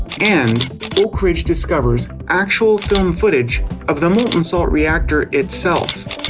and oak ridge discovers actual film footage of the molten salt reactor itself.